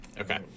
okay